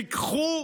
ריככו